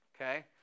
okay